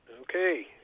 Okay